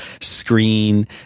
screen